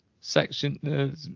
section